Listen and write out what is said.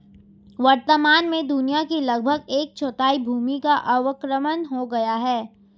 वर्तमान में दुनिया की लगभग एक चौथाई भूमि का अवक्रमण हो गया है